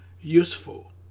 useful